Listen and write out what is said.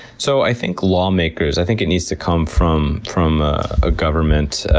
so i think lawmakers. i think it needs to come from from a government